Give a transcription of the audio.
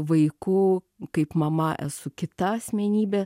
vaiku kaip mama esu kita asmenybė